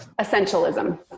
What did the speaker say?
Essentialism